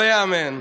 לא ייאמן.